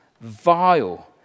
vile